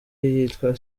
yitwa